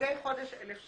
מדי חודש 1,000 ש"ח.